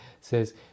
says